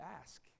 ask